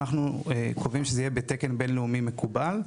אנחנו קובעים שזה יהיה בתקן בין-לאומי מקובל.